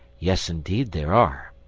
yes, indeed there are.